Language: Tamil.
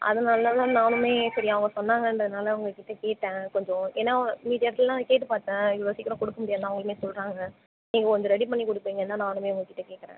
அதனால் தான் நானுமே சரி அவங்க சொன்னாங்கன்றதுனாலே உங்ககிட்ட கேட்டேன் கொஞ்சம் ஏனால் மீதி இடத்துலலாம் நான் கேட்டு பார்த்தேன் இவ்வளோ சீக்கிரம் கொடுக்க முடியாதுனு தான் அவங்களுமே சொல்கிறாங்க நீங்கள் கொஞ்சம் ரெடி பண்ணி கொடுப்பீங்கனு தான் நானுமே உங்ககிட்ட கேட்குறேன்